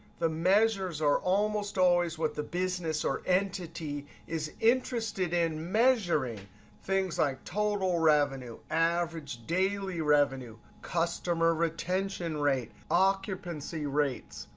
the measures are almost always what the business or entity is interested in measuring things like total revenue, average daily revenue, customer retention rate, occupancy rates.